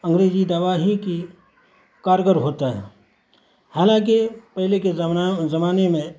انگریزی دوا ہی کی کارگر ہوتا ہے حالانکہ پہلے کے زمانے میں